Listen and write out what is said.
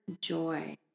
joy